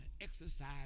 exercise